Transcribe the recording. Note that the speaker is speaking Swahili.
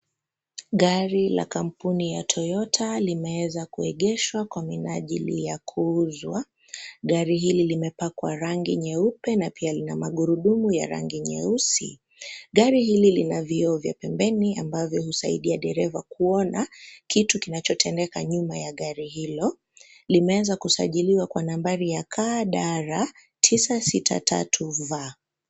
Gari la kampuni ya Toyota limeweza kuegeshwa kwa minajili ya kuuzwa. Gari hili limepakwa rangi nyeupe na pia lina magurudumu ya rangi nyeusi. Gari hili lina vioo vya pembeni, ambavyo husaidia dereva kuona kitu kinachotendeka nyuma ya gari hilo. Limeweza kusajiliwa kwa nambari ya KDR 963V.